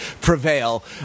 prevail